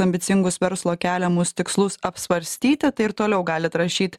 ambicingus verslo keliamus tikslus apsvarstyti tai ir toliau galit rašyt